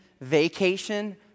vacation